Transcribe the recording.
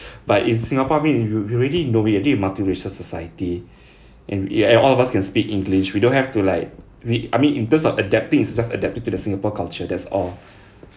but in singapore I mean you you already know this is a multiracial society and and all of us can speak english we don't have to like we I mean in terms of adapting it's just adapting to the singapore culture that's all